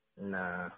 Nah